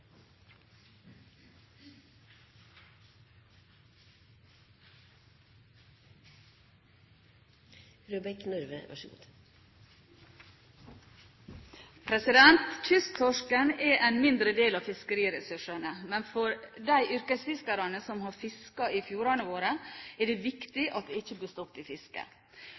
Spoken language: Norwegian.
mindre del av fiskeressursene, men for de yrkesfiskerne som har fisket i fjordene våre, er det viktig at det ikke blir stopp i fisket.